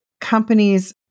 companies